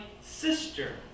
sister